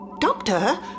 Doctor